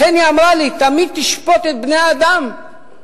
לכן היא אמרה לי: תמיד תשפוט את בני-האדם קודם